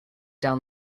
down